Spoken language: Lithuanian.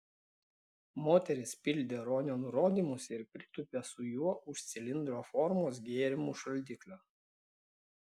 moteris pildė ronio nurodymus ir pritūpė su juo už cilindro formos gėrimų šaldiklio